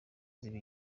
ziba